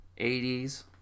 80s